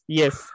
yes